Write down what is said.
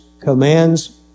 commands